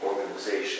organization